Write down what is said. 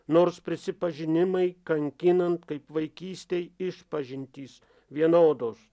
nors prisipažinimai kankinant kaip vaikystėj išpažintys vienodos